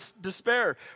despair